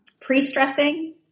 pre-stressing